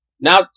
Now